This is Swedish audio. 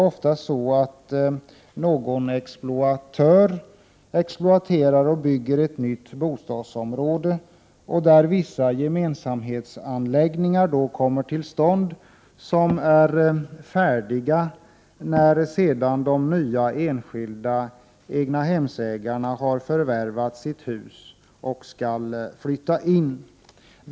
Ofta är det någon exploatör som exploaterar och bygger ett nytt bostadsområde, där vissa gemensamhetsanläggningar kommer till stånd och är färdiga efter det att de nya enskilda egnahemsägarna har förvärvat sitt hus och skall flytta in.